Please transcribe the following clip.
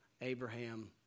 Abraham